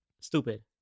stupid